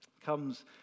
comes